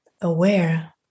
aware